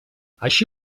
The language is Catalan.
així